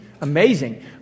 amazing